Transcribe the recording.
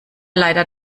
leider